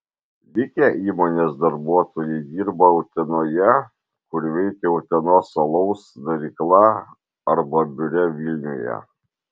likę įmonės darbuotojai dirba utenoje kur veikia utenos alaus darykla arba biure vilniuje